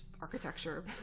architecture